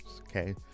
Okay